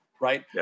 right